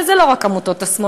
וזה לא רק עמותות השמאל,